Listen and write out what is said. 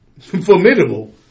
formidable